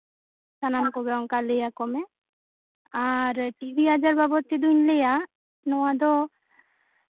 ᱥᱟᱱᱟᱢ ᱠᱚᱜᱮ ᱚᱱᱠᱟ ᱞᱟᱹᱭ ᱟᱠᱚ ᱢᱮ ᱟᱨ ᱴᱤᱵᱤ ᱟᱡᱟᱨ ᱵᱟᱵᱚᱫ ᱛᱮᱫᱚᱧ ᱞᱟᱹᱭᱟᱟ ᱱᱚᱣᱟ ᱫᱚ